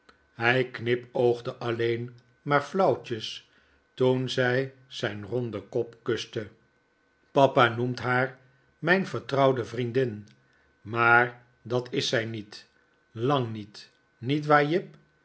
hij knipoogde alleen maar flauwtjes toen zij zijn ronden kop kuste papa noemt haar mijn yertrouwde vriendin maar dat is zij niet lang niet niet waar jip